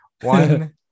One